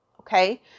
Okay